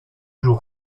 jour